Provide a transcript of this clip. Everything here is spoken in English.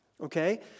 Okay